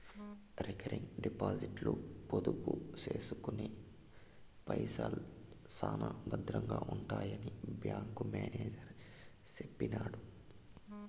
recurring డిపాజిట్ల పొదుపు సేసుకున్న పైసల్ శానా బద్రంగా ఉంటాయని బ్యాంకు మేనేజరు సెప్పినాడు